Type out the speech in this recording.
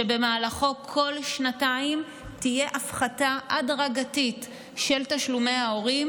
שבמהלכו כל שנתיים תהיה הפחתה הדרגתית של תשלומי ההורים,